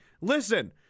Listen